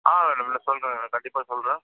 ஆ சொல்கிறேன் கண்டிப்பாக சொல்கிறேன்